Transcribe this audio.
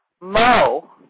Mo